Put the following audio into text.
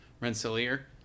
Rensselaer